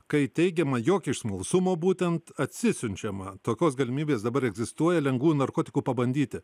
kai teigiama jog iš smalsumo būtent atsisiunčiama tokios galimybės dabar egzistuoja lengvųjų narkotikų pabandyti